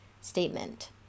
statement